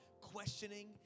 questioning